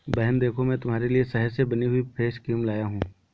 बहन देखो मैं तुम्हारे लिए शहद से बनी हुई फेस क्रीम लाया हूं